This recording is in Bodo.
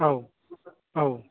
औ औ